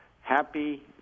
happy